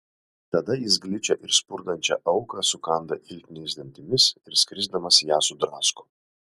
tada jis gličią ir spurdančią auką sukanda iltiniais dantimis ir skrisdamas ją sudrasko